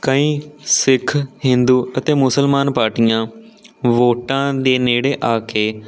ਕਈ ਸਿੱਖ ਹਿੰਦੂ ਅਤੇ ਮੁਸਲਮਾਨ ਪਾਰਟੀਆਂ ਵੋਟਾਂ ਦੇ ਨੇੜੇ ਆ ਕੇ